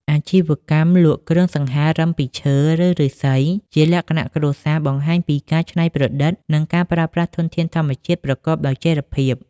អាជីវកម្មលក់គ្រឿងសង្ហារឹមពីឈើ ឬឫស្សីជាលក្ខណៈគ្រួសារ បង្ហាញពីការច្នៃប្រឌិត និងការប្រើប្រាស់ធនធានធម្មជាតិប្រកបដោយចីរភាព។